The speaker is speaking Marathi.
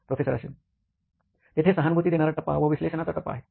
प्रोफेसर अश्विन तेथे समानुभूती देणारा टप्पा व विश्लेषणाचा टप्पा आहे